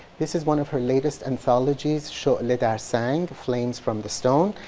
this is one of her latest anthologies shulah dar sang, the flames from the stone,